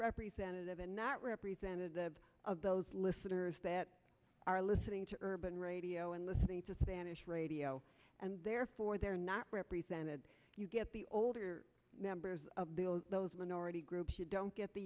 representative and not represented the of those listeners that are listening to urban radio and listening to spanish radio and therefore they're not represented you get the older members of those minority groups you don't get the